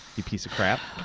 you piece of crap.